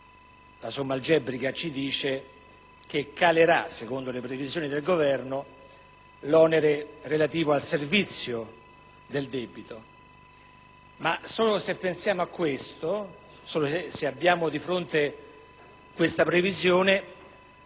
la somma algebrica ci dice che calerà, secondo le previsioni del Governo, l'onere relativo al servizio del debito. Se la pensassimo così, se abbiamo cioè di fronte questa previsione,